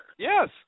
Yes